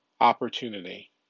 opportunity